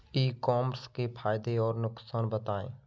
ई commerce के फायदे और नुकसान बताएँ?